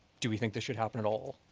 do we think this should happen at all?